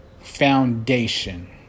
foundation